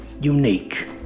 unique